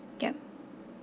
yup